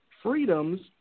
freedoms